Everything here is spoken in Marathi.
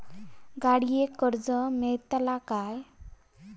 गाडयेक कर्ज मेलतला काय?